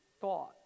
thought